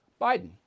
Biden